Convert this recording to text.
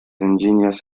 ingenious